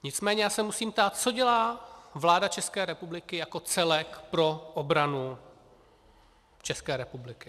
Nicméně se musím ptát, co dělá vláda České republiky jako celek pro obranu České republiky.